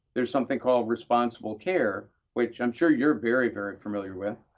there's something called responsible care which i'm sure you're very, very familiar with.